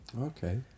Okay